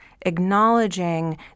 acknowledging